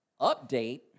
Update